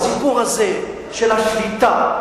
הסיפור הזה של השליטה.